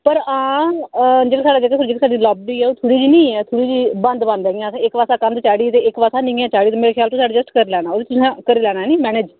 पर आं पूरी जेह्की साढ़ी लॉबी ऐ ओह् थोह्ड़ी ना बंद बंद एह्के पासै इंया कंध चाढ़ी दी ते इक्क पासेआ मेरे ख्याल कन्नै निं ऐ चाढ़ी दी ते एडजस्ट ओह्बी तुसें करी लैनां मैनेज़